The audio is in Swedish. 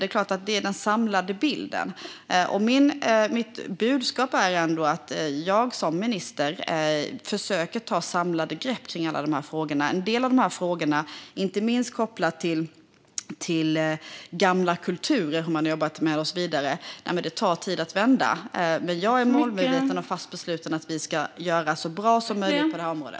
Det handlar om den samlade bilden, och mitt budskap är att jag som minister försöker ta samlade grepp kring alla de här frågorna. En del av frågorna, inte minst kopplat till hur man har jobbat med dem i gamla kulturer och så vidare, tar det tid att vända. Men jag är målmedveten och fast besluten att vi ska göra det så bra som möjligt på detta område.